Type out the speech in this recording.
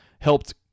helped